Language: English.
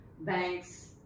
banks